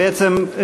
בעצם,